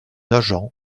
agent